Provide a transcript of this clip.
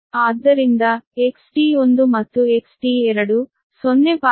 ಆದ್ದರಿಂದ XT1 ಮತ್ತು XT2 0